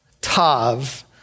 Tav